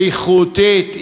איכותית,